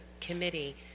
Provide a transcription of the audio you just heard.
committee